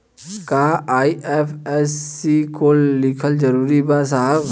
का IFSC code लिखल जरूरी बा साहब?